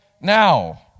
now